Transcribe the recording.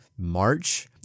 March